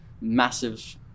massive